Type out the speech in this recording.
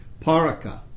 Paraka